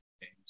games